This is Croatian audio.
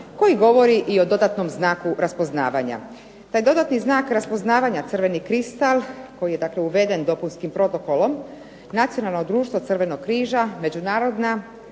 koji govori i o dodatnom znaku raspoznavanja. Taj dodatni znak raspoznavanja crveni kristal koji je, dakle uveden dopunskim protokolom Nacionalno društvo Crvenog križa, Međunarodna